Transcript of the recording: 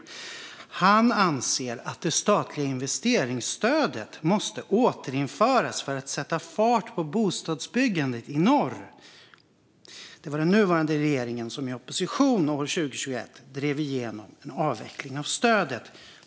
Det står vidare: "Han anser att det statliga investeringsstödet måste återinföras för att sätta fart på bostadsbyggandet i norr. Det var den nuvarande regeringen som i opposition år 2021 drev igenom en avveckling av stödet."